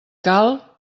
cal